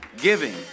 giving